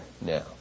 now